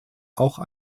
auch